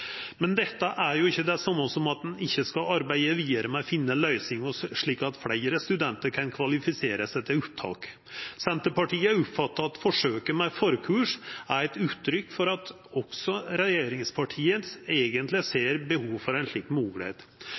Men dette er ikkje det same som at ein ikkje skal arbeida vidare med å finna løysingar, slik at fleire studentar kan kvalifisera seg til opptak. Senterpartiet oppfattar at forsøket med forkurs er eit uttrykk for at også regjeringspartia eigentleg ser behov for ei slik moglegheit.